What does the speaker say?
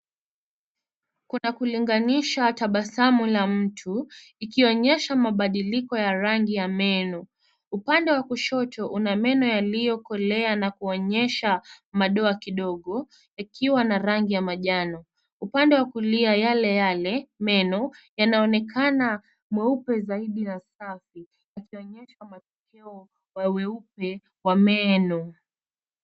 Kuna kulinganisha tabasamu la mtu, ikionyesha mabadiliko ya rangi ya meno. Upande wa kushoto, una meno yaliyokolea na kuonyesha madoa kidogo, yakiwa na rangi ya manjano .Upande wa kulia yale yale meno, yanaonekana meupe zaidi ya safi yakionyesha matukio ya weupe kwa meno.